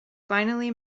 finally